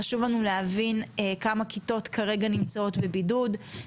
חשוב לנו להבין כמה כיתות כרגע נמצאות בבידוד,